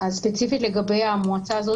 אז ספציפית לגבי המועצה הזאת,